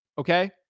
Okay